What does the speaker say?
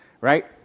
right